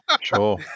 Sure